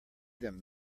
them